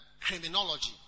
criminology